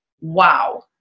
wow